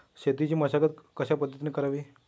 शेतीची मशागत कशापद्धतीने करावी?